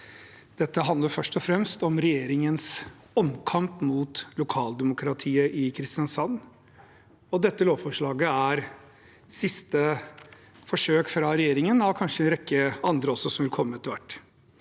Dette handler først og fremst om regjeringens omkamp mot lokaldemokratiet i Kristiansand. Dette lovforslaget er siste forsøk fra regjeringen, og det blir kanskje en rekke andre også, som vil komme etter hvert.